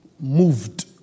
Moved